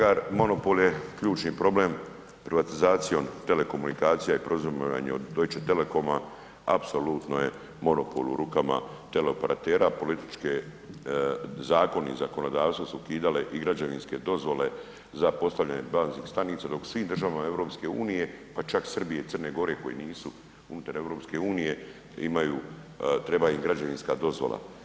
Kolega Žagar, monopol je ključni problem privatizacijom telekomunikacija i preuzimanja od Deutsche Telekoma apsolutno je monopol u rukama teleoperatera političke zakoni i zakonodavstvo su ukidale i građevinske dozvole za postavljanje baznih stanica dok u svim državama EU pa čak Srbije i Crne Gore koje nisu unutar EU treba im građevinska dozvola.